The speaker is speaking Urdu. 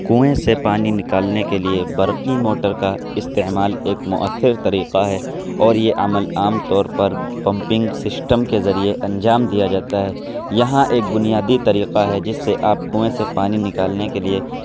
کنویں سے پانی نکالنے کے لیے برقی موٹر کا استعمال ایک مؤثر طریقہ ہے اور یہ عمل عام طور پمپنگ سشٹم کے ذریعے انجام دیا جاتا ہے یہاں ایک بنیادی طریقہ ہے جس سے آپ کنویں سے پانی نکالنے کے لیے